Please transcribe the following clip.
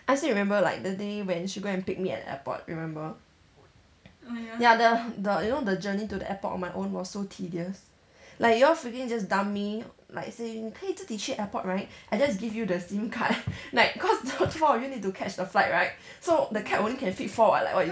I still remember like the day when she go and pick me at airport remember ya the the you know the journey to the airport on my own was so tedious like you all freaking just dump me like xin hui 你可以自己去 airport right I just give you the SIM card like cause the four of you need to catch the flight right so the cab only can fit four [what] like what you